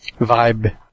vibe